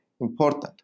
important